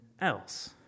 else